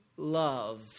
love